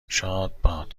شادباد